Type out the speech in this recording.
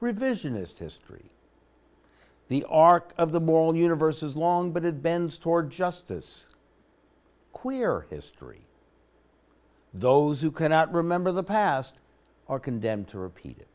revisionist history the arc of the mall universe is long but it bends toward justice queer history those who cannot remember the past are condemned to repeat it